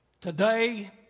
Today